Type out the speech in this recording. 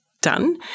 done